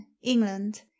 england